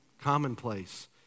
commonplace